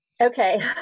Okay